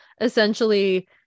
essentially